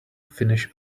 finish